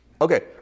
okay